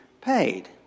paid